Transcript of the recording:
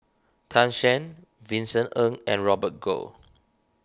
Tan Shen Vincent Ng and Robert Goh